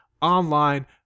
online